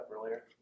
earlier